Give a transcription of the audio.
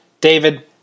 David